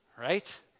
right